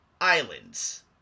islands